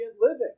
living